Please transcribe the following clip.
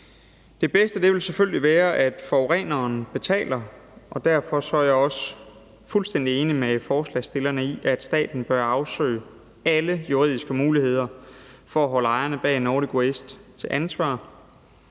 Det bedste ville selvfølgelig være at sørge for, at forureneren betaler, og derfor er jeg også fuldstændig enig med forslagsstillerne i, at staten bør afsøge alle juridiske muligheder for at holde ejerne bag Nordic Waste ansvarlige.